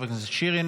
חבר הכנסת שירי,